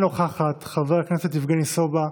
אינה נוכחת, חבר הכנסת יבגני סובה,